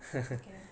okay